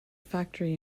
factory